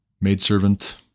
maidservant